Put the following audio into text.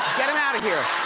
get him out of here.